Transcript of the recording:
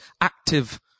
active